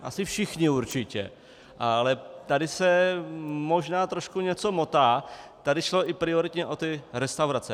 Asi všichni určitě, ale tady se možná trošku něco motá, tady šlo prioritně o restaurace.